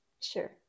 Sure